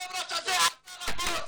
היושב ראש הזה עשה רבות.